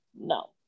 no